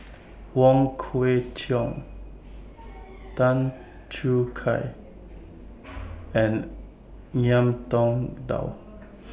Wong Kwei Cheong Tan Choo Kai and Ngiam Tong Dow